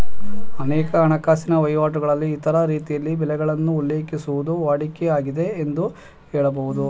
ಅನೇಕ ಹಣಕಾಸಿನ ವಹಿವಾಟುಗಳಲ್ಲಿ ಇತರ ರೀತಿಯಲ್ಲಿ ಬೆಲೆಗಳನ್ನು ಉಲ್ಲೇಖಿಸುವುದು ವಾಡಿಕೆ ಆಗಿದೆ ಎಂದು ಹೇಳಬಹುದು